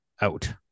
out